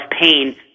pain